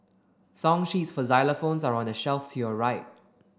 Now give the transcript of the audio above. song sheets for xylophones are on the shelf to your right